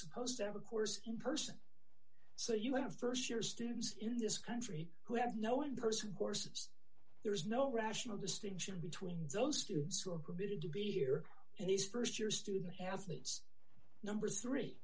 supposed to have a course in person so you have st year students in this country who have no one person courses there is no rational distinction between those students who are permitted to be here in these st year student athletes number three